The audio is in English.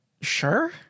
sure